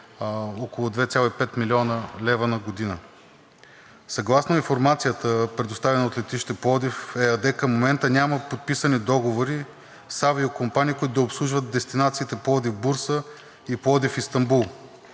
около 2,5 млн. лв. на година. Съгласно информацията, предоставена от „Летище Пловдив“ ЕАД, към момента няма подписани договори с авиокомпании, които да обслужват дестинациите Пловдив – Бурса и Пловдив – Истанбул.